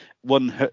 one